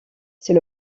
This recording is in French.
c’est